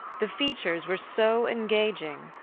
the features were so engaging,